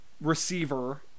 receiver